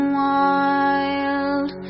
wild